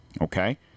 okay